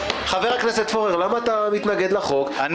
הוא מתנגד כי הוא